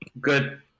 good